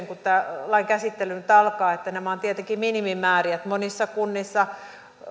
kun tämän lain käsittely nyt alkaa niin nämä ovat tietenkin minimimääriä monissa kunnissa